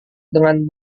dengan